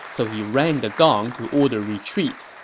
so he rang the gong to order retreat.